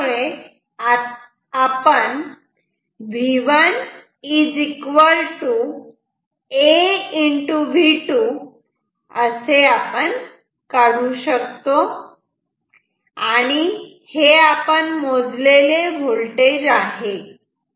आणि त्यामुळे V1 a V2 असे आपण काढू शकतो आणि हे आपण मोजलेले व्होल्टेज आहे